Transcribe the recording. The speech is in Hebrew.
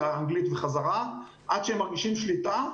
לאנגלית וחזרה עד שהם מרגישים שליטה.